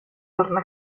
torna